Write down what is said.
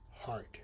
heart